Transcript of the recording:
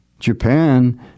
Japan